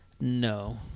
No